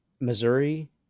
Missouri